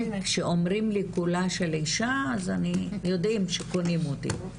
שאומרים לי קולה של אישה, אז יודעים שקונים אותי.